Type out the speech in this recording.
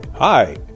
Hi